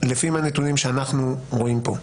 הנתונים שאנחנו רואים פה,